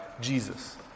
Jesus